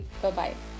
Bye-bye